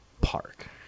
Park